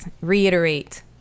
reiterate